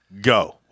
Go